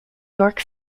york